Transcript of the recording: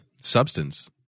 Substance